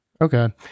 Okay